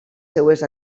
seves